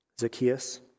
Zacchaeus